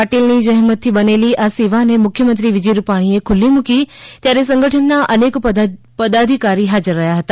પાટિલની જ્રેમતથી બનેલી આ સેવા ને મુખ્યમંત્રી વિજય રૂપાણી એ ખુલ્લી મૂકી ત્યારે સંગઠનના અનેક પદાધિકારી ફાજર હતા